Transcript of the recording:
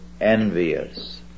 envious